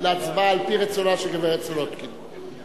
להצבעה על-פי רצונה של חברת הכנסת סולודקין.